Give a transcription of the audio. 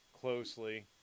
closely